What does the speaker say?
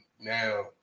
now